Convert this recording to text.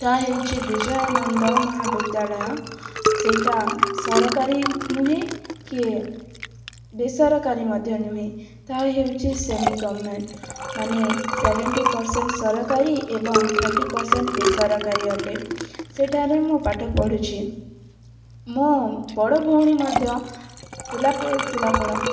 ତାହା ହେଉଛି ବିଜୟାନନ୍ଦ ମହାବିଦ୍ୟାଳୟ ସେଇଟା ସରକାରୀ ନୁହେଁ କି ବେସରକାରୀ ମଧ୍ୟ ନୁହେଁ ତା'ହେଉଛି ସେମି ଗଭର୍ନମେଣ୍ଟ ମାନେ ସେଭେଣ୍ଟି ପରସେଣ୍ଟ ସରକାରୀ ଏବଂ ଥାର୍ଟି ପରସେଣ୍ଟ ବେସରକାରୀ ଅଟେ ସେଇଠାରେ ମୁଁ ପାଠ ପଢ଼ୁଛି ମୋ ବଡ଼ଭଉଣୀ ମଧ୍ୟ ତିଲାପଡ଼ା